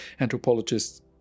anthropologists